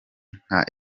nka